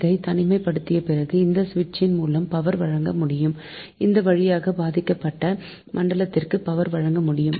இதை தனிமை படுத்திய பிறகு இந்த சுவிட்ச் ன் மூலம் பவர் வழங்க முடியும் இந்த வழியாக பாதிக்கப்பட்ட மண்டலத்திற்கு பவர் வழங்க முடியும்